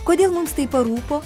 kodėl mums tai parūpo